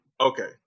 Okay